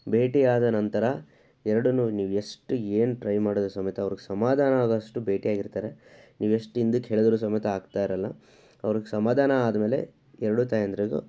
ಭೇಟಿಯಾದ ನಂತರ ಎರಡನ್ನೂ ನೀವು ಎಷ್ಟು ಏನು ಟ್ರೈ ಮಾಡಿದ್ರು ಸಮೇತ ಅವರಿಗೆ ಸಮಾಧಾನ ಆಗೋಷ್ಟು ಭೇಟಿಯಾಗಿರ್ತಾರೆ ನೀವು ಎಷ್ಟು ಹಿಂದಕ್ಕೆ ಎಳೆದರೂ ಸಮೇತ ಆಗ್ತಾ ಇರಲ್ಲ ಅವರಿಗೆ ಸಮಾಧಾನ ಆದಮೇಲೆ ಎರಡೂ ತಾಯಂದಿರಿಗೂ